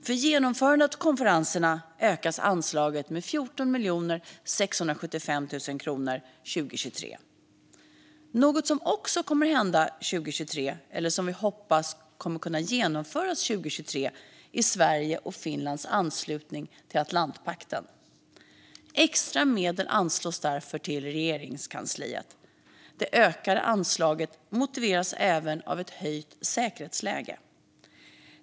För genomförandet av konferenserna ökas anslaget med 14 675 000 kronor 2023. Något som också kommer att hända 2023 - eller som vi hoppas kommer att kunna genomföras 2023 - är Sveriges och Finlands anslutning till Atlantpakten. Extra medel anslås därför till Regeringskansliet. Det ökade anslaget motiveras även av ett höjt säkerhetsläge.